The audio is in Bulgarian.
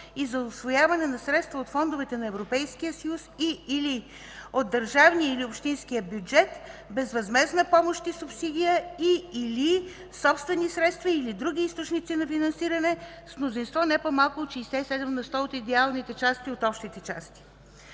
и за усвояване на средства от фондовете на Европейския съюз и/или от държавния или общинския бюджет, безвъзмездна помощ и субсидия, и/или собствени средства или други източници на финансиране с мнозинство не по-малко от 67 на сто от идеалните части от общите части.